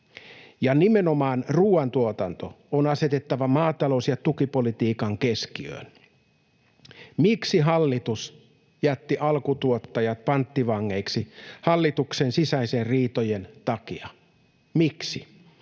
Ja nimenomaan ruuantuotanto on asetettava maatalous- ja tukipolitiikan keskiöön. Miksi hallitus jätti alkutuottajat panttivangeiksi hallituksen sisäisien riitojen takia? Miksi